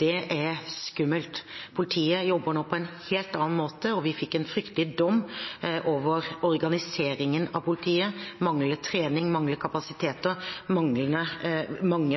Det er skummelt. Politiet jobber nå på en helt annen måte, og vi fikk en fryktelig dom av Gjørv-kommisjonen over organiseringen av politiet, manglende trening, manglende kapasiteter, mange